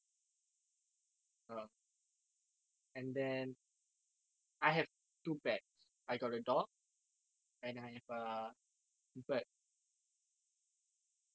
um and then I have two pets I got a dog and I have a bird